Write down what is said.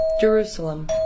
Jerusalem